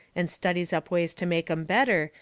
and studies up ways to make em better,